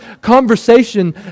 conversation